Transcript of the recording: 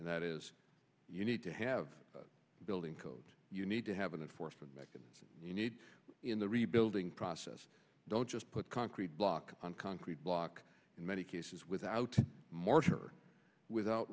and that is you need to have the building codes you need to have an enforcement mechanism you need in the rebuilding process don't just put concrete block on concrete block in many cases without mortar without